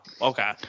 okay